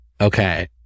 Okay